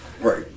Right